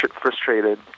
frustrated